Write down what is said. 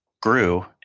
grew